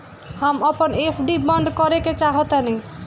हम अपन एफ.डी बंद करेके चाहातानी